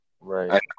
Right